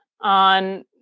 on